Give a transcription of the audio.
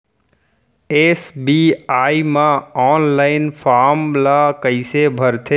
SBI म online form ल कइसे भरथे?